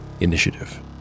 Initiative